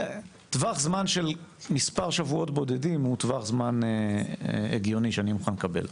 טווח זמן של מספר שבועות בודדים הוא טווח זמן הגיוני שאהיה מוכן לקבל.